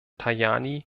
tajani